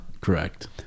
correct